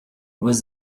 was